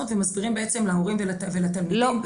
ומסבירים בעצם להורים ולתלמידים -- לא,